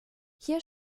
hier